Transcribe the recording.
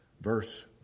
Verse